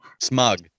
smug